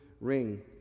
ring